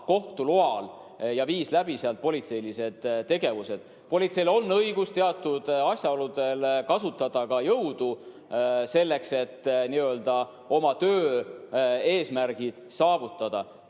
kohtu loal ning viis läbi seal politseilised tegevused. Politseil on õigus teatud asjaolude korral kasutada ka jõudu, selleks et oma töö eesmärgid saavutada.